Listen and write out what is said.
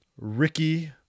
ricky